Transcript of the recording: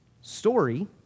story